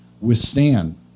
withstand